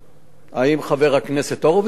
האם חבר הכנסת הורוביץ צודק